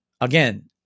Again